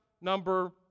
number